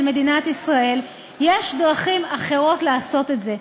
מדינת ישראל יש דרכים אחרות לעשות את זה.